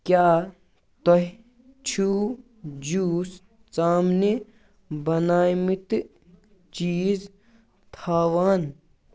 کیٛاہ تۄہہِ چھِو جوٗس ژامنہِ بَناے مٕتہِ چیٖز تھاوان